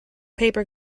paper